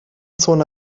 zone